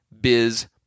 biz